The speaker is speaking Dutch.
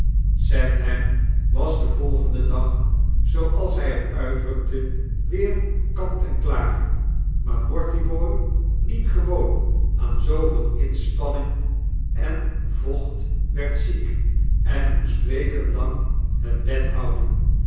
sandham was den volgenden dag zooalshy het uitdrukte weer kant en klaar maar mortibooi niet gewoon aan zooveel inspanning en vocht werd ziek en moest weken langhetbed houden